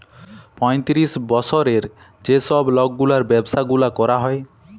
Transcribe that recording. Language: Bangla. পঁয়তিরিশ বসরের যে ছব লকগুলার ব্যাবসা গুলা ক্যরা হ্যয়